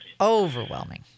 overwhelming